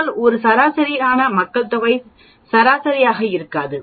ஆனால் அது சரியான மக்கள்தொகை சராசரி ஆக இருக்காது